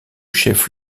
chef